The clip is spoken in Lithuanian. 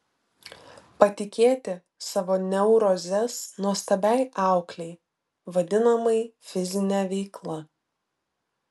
patikėti savo neurozes nuostabiai auklei vadinamai fizine veikla